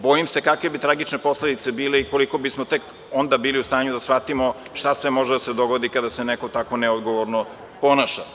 Bojim se kakve bi tragične posledice bile i koliko bismo tek onda bili u stanju da shvatimo šta sve može da se dogodi kada se neko tako neodgovorno ponaša.